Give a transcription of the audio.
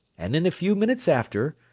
and in a few minutes after,